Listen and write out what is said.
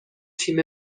تیم